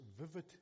vivid